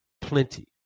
plenty